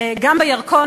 גם בירקון,